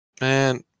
Man